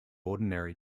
ordinary